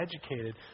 educated